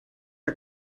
are